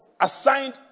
assigned